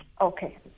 Okay